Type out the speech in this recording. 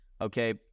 Okay